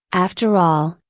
after all,